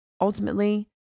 Ultimately